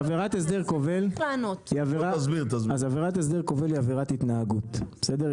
עבירת הסדר כובל היא עבירת התנהגות, בסדר?